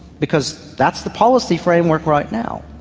because that's the policy framework right now.